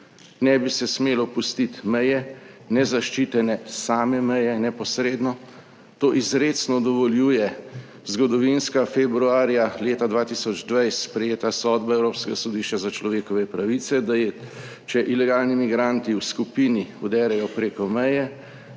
ne bi se smelo pustiti meje nezaščitene, same meje neposredno. To izrecno dovoljuje zgodovinska, februarja, leta 2020 sprejeta sodba Evropskega sodišča za človekove pravice, da če ilegalni migranti v skupini vderejo preko meje,